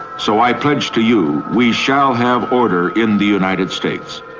so i pledge to you, we shall have order in the united states.